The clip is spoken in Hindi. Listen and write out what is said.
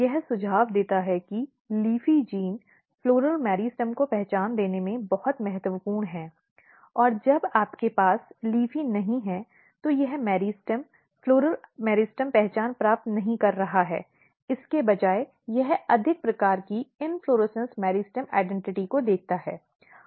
यह सुझाव देता है कि LEAFY जीन फ़्लॉरल मेरिस्टम को पहचान देने में बहुत महत्वपूर्ण है जब आपके पास LEAFY नहीं है तो यह मेरिस्टेम पुष्प मेरिस्टेम पहचान प्राप्त नहीं कर रहा है इसके बजाय यह अधिक प्रकार की इन्फ्लोरेसन्स मेरिस्टेम पहचान को देखता है